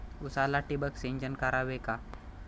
उसाला ठिबक सिंचन करावे का?